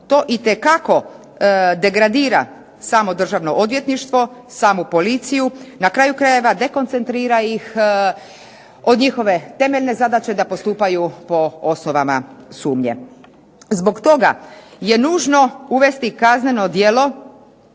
To itekako degradira samo Državno odvjetništvo, samu policiju. Na kraju krajeva dekoncentrira ih od njihove temeljne zadaće da postupaju po osnovama sumnje. Zbog toga je nužno uvesti kazneno djelo